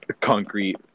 concrete